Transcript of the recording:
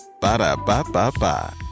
Ba-da-ba-ba-ba